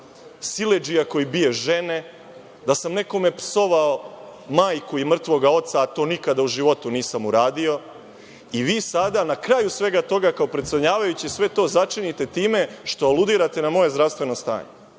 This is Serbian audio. „siledžija koji bije žene“, da sam nekome psovao majku i mrtvoga oca, a to nikada u životu nisam uradio, i vi sada, na kraju svega toga, kao predsedavajući, sve to začinite time što aludirate na moje zdravstveno stanje.